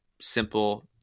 simple